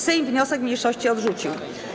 Sejm wniosek mniejszości odrzucił.